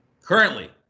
Currently